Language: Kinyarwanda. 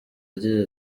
agira